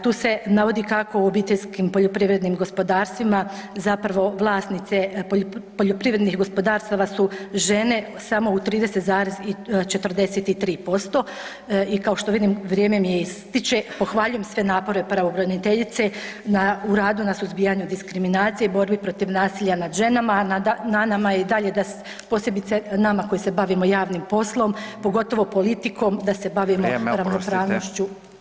Tu se navodi kako u obiteljskim poljoprivrednim gospodarstvima zapravo vlasnice poljoprivrednih gospodarstava su žene samo u 30,43% i kao što vidim vrijeme mi ističe, pohvaljujem sve napore pravobraniteljice u radu na suzbijanju diskriminacije i borbi protiv nasilja nad ženama, a na nama je da i dalje posebice nama koji se bavimo javnim poslom, pogotovo politikom da se bavimo ravnopravnošću